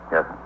Yes